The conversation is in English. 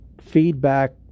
feedback